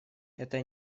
это